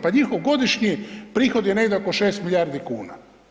Pa njihov godišnji prihod je negdje oko 6 milijardi kuna.